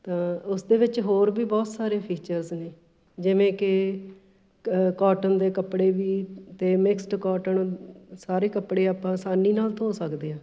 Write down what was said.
ਤਾਂ ਉਸਦੇ ਵਿੱਚ ਹੋਰ ਵੀ ਬਹੁਤ ਸਾਰੇ ਫੀਚਰਸ ਨੇ ਜਿਵੇਂ ਕਿ ਕੋਟਨ ਦੇ ਕੱਪੜੇ ਵੀ ਅਤੇ ਮਿਕਸਡ ਕੋਟਨ ਸਾਰੇ ਕੱਪੜੇ ਆਪਾਂ ਆਸਾਨੀ ਨਾਲ ਧੋ ਸਕਦੇ ਹਾਂ